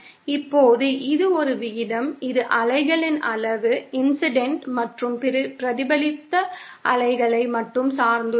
இப்போது இது ஒரு விகிதம் இது அலைகளின் அளவு இன்ஸிடண்ட் மற்றும் பிரதிபலித்த அலைகளை மட்டுமே சார்ந்துள்ளது